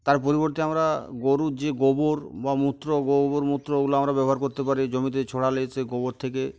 তার পরিবর্তে আমরা গরুর যে গোবর বা মূত্র গোবর মূত্র ওগুলো আমরা ব্যবহার করতে পারি জমিতে ছড়ালে সেই গোবর থেকে